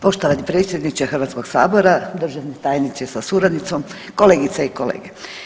Poštovani predsjedniče Hrvatskog sabora, državni tajniče sa suradnicom, kolegice i kolege.